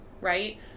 right